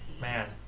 man